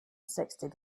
sixty